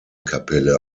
kapelle